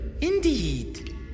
Indeed